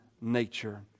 nature